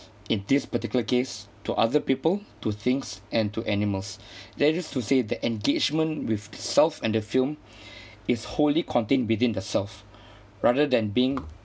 in this particular case to other people to things and to animals that is to say the engagement with self and the film is wholly contained within the self rather than being